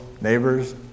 neighbors